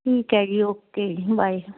ਠੀਕ ਹੈ ਜੀ ਓਕੇ ਜੀ ਬਾਏ